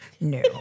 No